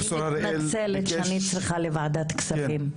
אני מתנצלת שאני צריכה לצאת לוועדת כספים.